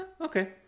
Okay